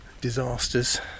disasters